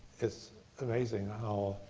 it's amazing how,